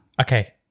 okay